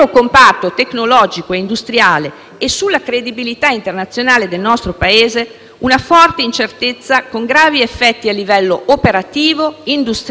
e sulla credibilità internazionale del nostro Paese una forte incertezza, con gravi effetti a livello operativo, industriale e internazionale.